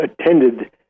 attended